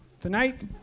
tonight